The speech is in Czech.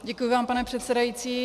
Děkuji vám, pane předsedající.